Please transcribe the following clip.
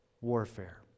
warfare